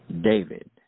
David